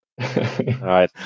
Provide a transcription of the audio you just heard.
right